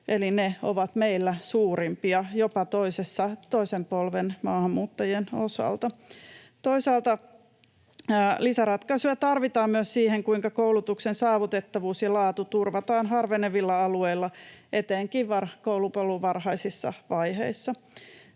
eli ne ovat meillä suurimpia jopa toisen polven maahanmuuttajien osalta. Toisaalta lisäratkaisuja tarvitaan myös siihen, kuinka koulutuksen saavutettavuus ja laatu turvataan harvenevilla alueilla etenkin koulupolun varhaisissa vaiheissa.